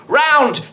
round